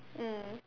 mm